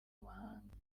mahanga